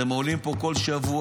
אתם עולים פה כל שבוע,